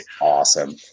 awesome